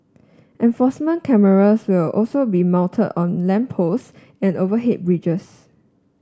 enforcement cameras will also be mounted on lamp posts and overhead bridges